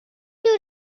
you